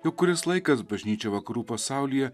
jau kuris laikas bažnyčia vakarų pasaulyje